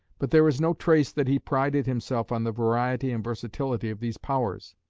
but there is no trace that he prided himself on the variety and versatility of these powers,